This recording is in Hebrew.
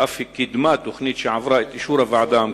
ואף קידמה תוכנית שעברה את אישור הוועדה המקומית.